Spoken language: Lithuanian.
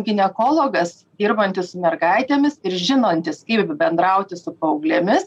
ginekologas dirbantis su mergaitėmis ir žinantis ir bendrauti su paauglėmis